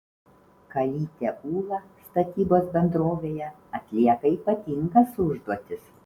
kalytė ūla statybos bendrovėje atlieka ypatingas užduotis